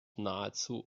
nahezu